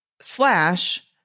Slash